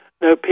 No